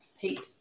Pete